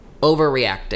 Overreacting